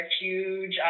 huge